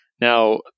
now